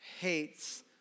hates